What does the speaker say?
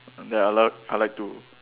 that I love I like to